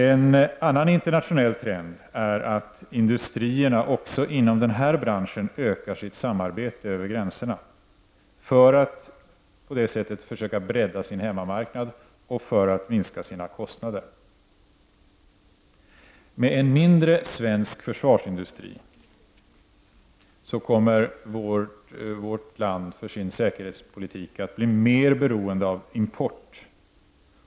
En annan internationell trend är att industrierna också inom den här branschen utökar samarbetet över gränserna för att på det sättet försöka bredda sin hemmamarknad och för att minska sina kostnader. Med en mindre svensk försvarsindustri kommer vårt land för sin säkerhetspolitik att bli mera beroende av import.